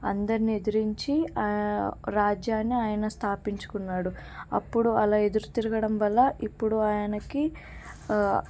అందరిని ఎదిరించి రాజ్యాన్ని ఆయన స్థాపించుకున్నాడు అప్పుడు అలా ఎదురు తిరగడం వల్ల ఇప్పుడు ఆయనకి